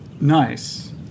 Nice